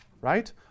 Right